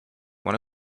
one